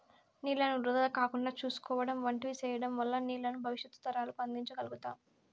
నీళ్ళను వృధా కాకుండా చూసుకోవడం వంటివి సేయడం వల్ల నీళ్ళను భవిష్యత్తు తరాలకు అందించ గల్గుతాం